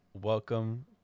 Welcome